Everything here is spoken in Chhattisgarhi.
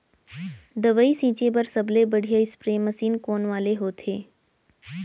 दवई छिंचे बर सबले बढ़िया स्प्रे मशीन कोन वाले होथे?